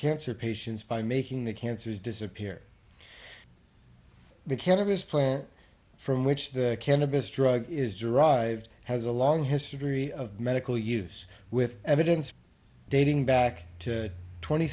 cancer patients by making the cancers disappear the cannabis plant from which the cannabis drug is derived has a long history of medical use with evidence dating back to twenty